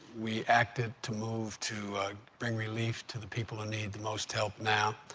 we acted to move to bring relief to the people who need the most help now.